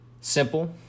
simple